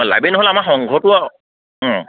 অঁ লাইব্ৰেৰী নহ'লে আমাৰ সংঘটো আৰু অঁ